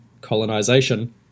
colonization